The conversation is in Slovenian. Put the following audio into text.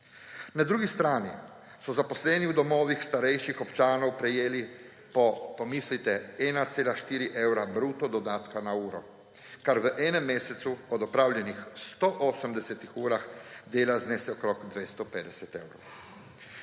Na drugi strani so zaposleni v domovih starejših občanov prejeli po, pomislite, 1,4 evra bruto dodatka na uro, kar v enem mesecu od opravljanih 180 urah dela znese okoli 250 evrov.